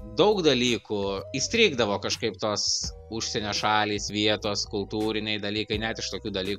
daug dalykų įstrigdavo kažkaip tos užsienio šalys vietos kultūriniai dalykai net iš tokių daly